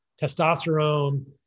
testosterone